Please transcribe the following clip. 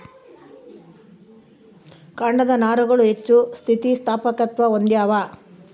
ಕಾಂಡದ ನಾರುಗಳು ಹೆಚ್ಚು ಸ್ಥಿತಿಸ್ಥಾಪಕತ್ವ ಹೊಂದ್ಯಾವ